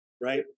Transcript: Right